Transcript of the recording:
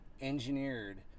engineered